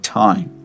time